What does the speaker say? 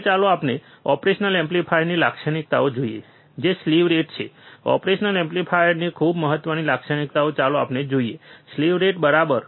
હવે ચાલો આપણે ઓપરેશનલ એમ્પ્લીફાયરની અન્ય લાક્ષણિકતાઓ જોઈએ જે સ્લીવ રેટ છે ઓપરેશનલ એમ્પ્લીફાયરની ખૂબ મહત્વની લાક્ષણિકતાઓ ચાલો આપણે જોઈએ સ્લીવ રેટ બરાબર